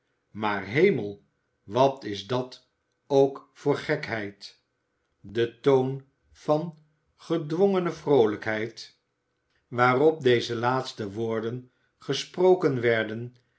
maar hemel wat is dat ook voor gekheid de toon van gedwongene vroolijkheid waarop deze laatste woorden gesproken werden